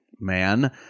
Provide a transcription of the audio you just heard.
Man